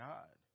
God